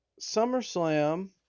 SummerSlam